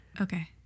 Okay